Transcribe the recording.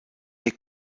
les